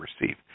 receive